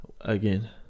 Again